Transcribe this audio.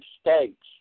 states